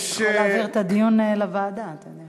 אתה יכול להעביר את הדיון לוועדה, אתה יודע.